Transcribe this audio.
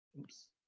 Oops